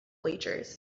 bleachers